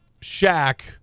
Shaq